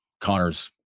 connor's